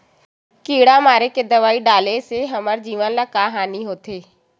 किड़ा मारे के दवाई डाले से हमर जमीन ल का हानि होथे?